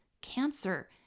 cancer